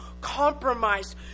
compromised